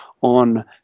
on